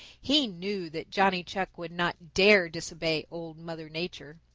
he knew that johnny chuck would not dare disobey old mother nature.